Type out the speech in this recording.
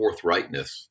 forthrightness